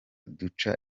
duca